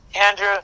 Andrew